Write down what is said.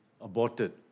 aborted